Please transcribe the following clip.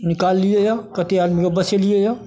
निकाललिए यऽ कतेक आदमीके बचेलिए यऽ